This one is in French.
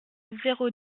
zéro